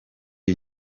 iyi